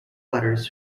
letters